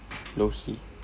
low-key